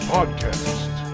Podcast